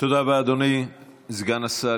תודה רבה, אדוני סגן השר.